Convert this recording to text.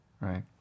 right